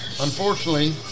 unfortunately